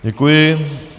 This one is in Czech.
Děkuji.